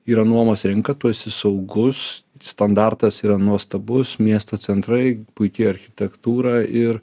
yra nuomos rinka tu esi saugus standartas yra nuostabus miesto centrai puiki architektūra ir